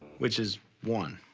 which is one.